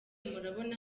murabona